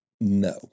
No